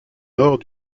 nord